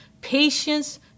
patience